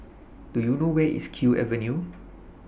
Do YOU know Where IS Kew Avenue